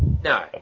No